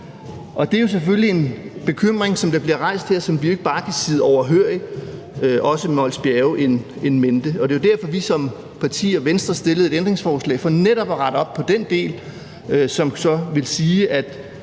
Det er selvfølgelig en bekymring, som der bliver rejst her, som vi jo ikke bare kan sidde overhørig, også med Mols Bjerge in mente. Det er jo derfor, at Venstre som parti stillede et ændringsforslag, det var netop for at rette op på den del, som så vil sige, at